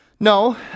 No